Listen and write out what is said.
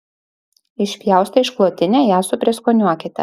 išpjaustę išklotinę ją suprieskoniuokite